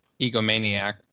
egomaniac